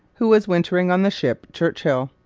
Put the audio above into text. who was wintering on the ship churchill.